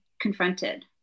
confronted